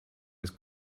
was